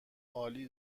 عالی